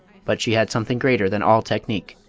but she had something greater than all technique,